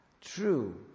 true